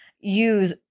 Use